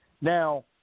Now